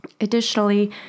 Additionally